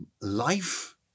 Life